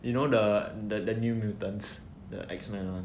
you know the the new mutants the X-men [one]